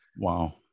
Wow